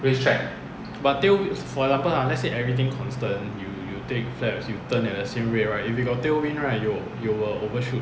but tail for example lah let's say everything constant you you take flight you turn at the same rate right if you got tailwind right you will you will overshoot